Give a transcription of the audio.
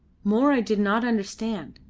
more i did not understand.